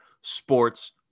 sports